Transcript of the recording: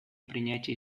принятие